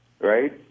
right